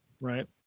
Right